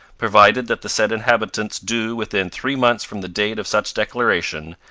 provided that the said inhabitants do within three months from the date of such declaration.